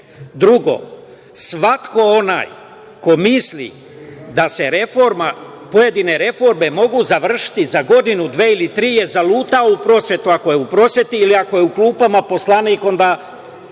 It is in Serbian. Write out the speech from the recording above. jedno. Drugo, svako onaj ko misli da se reforma, pojedine reforme mogu završiti za godinu, dve ili tri, je zalutao u prosvetu, ako je u prosveti ili ako je u klupama poslanika onda,